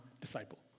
disciple